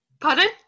pardon